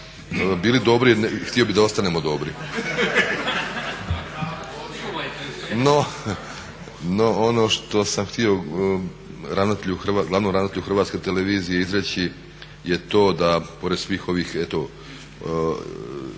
bili dobri i htio bih da ostanemo dobri. No, ono što sam htio ravnatelju, glavnom ravnatelju Hrvatske televizije izreći je to da pored svih ovih eto